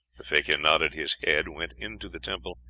the fakir nodded his head, went into the temple,